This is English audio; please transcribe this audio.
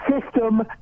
system